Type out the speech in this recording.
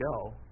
go